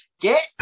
Get